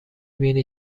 بینی